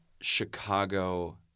Chicago